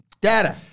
data